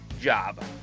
job